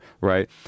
Right